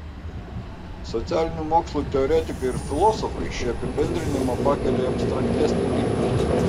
socialinių mokslų teoretikai ir filosofai šį apibendrinimą pakelia į abstraktesnį lygmenį